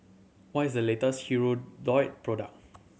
what is the latest Hirudoid product